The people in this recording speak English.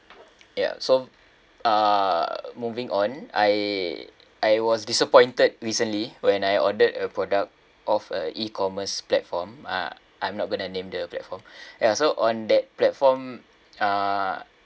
ya so uh moving on I I was disappointed recently when I ordered a product of a ecommerce platform uh I'm not gonna name the platform ya so on that platform uh